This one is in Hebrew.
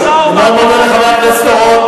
תודה רבה לחבר הכנסת אורון.